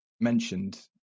mentioned